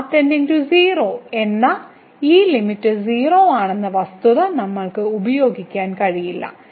r → 0 എന്ന ഈ limit 0 ആണെന്ന വസ്തുത നമ്മൾക്ക് ഉപയോഗിക്കാൻ കഴിയില്ല